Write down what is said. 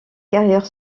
carrière